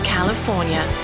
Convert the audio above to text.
California